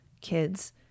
kids